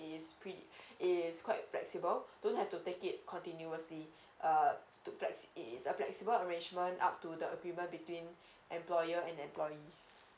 is pre~ is quite flexible don't have to take it continuously uh took that's it is a flexible arrangement up to the agreement between employer and employee